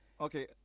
Okay